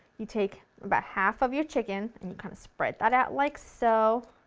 you take about half of your chicken and you kind of spread that out like so.